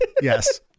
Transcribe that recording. Yes